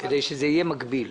כדי שזה יהיה מקביל.